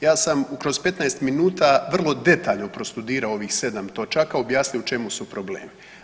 Ja sam kroz 15 minuta vrlo detaljno prostudirao ovih sedam točaka i objasnio u čemu su problemi.